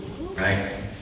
Right